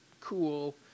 cool